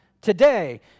today